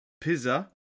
pizza